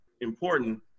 important